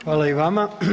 Hvala i vama.